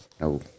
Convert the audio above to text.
no